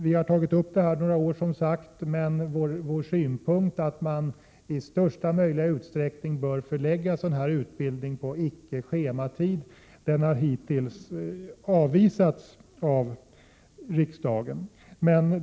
Vi har tagit upp denna fråga under några år, men vår synpunkt att man i största möjliga utsträckning bör förlägga sådan utbildning till icke schemalagd tid har hittills avvisats av riksdagen.